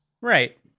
Right